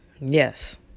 Yes